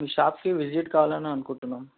మీ షాప్కి విజిట్ కావాలని అనుకుంటున్నాం